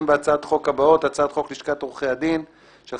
בהצעות החוק הבאות: הצ"ח לשכת עורכי הדין (תיקון,